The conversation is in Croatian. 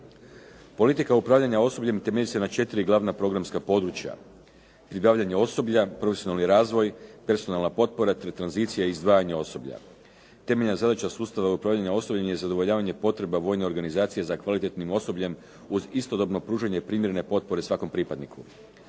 Politika upravljanja osobljem temelji se na četiri glavna programska područja, pribavljanje osoblja, profesionalni razvoj, personalna potpora te tranzicija i izdvajanje osoblja. Temeljna zadaća sustava je upravljanje osobljem i zadovoljavanje potreba vojne organizacije za kvalitetnim osobljem uz istodobno pružanje primjerne potpore svakom pripadniku.